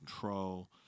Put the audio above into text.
control